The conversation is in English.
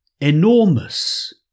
enormous